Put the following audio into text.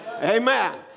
Amen